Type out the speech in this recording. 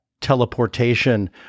teleportation